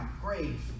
grave